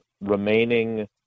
remaining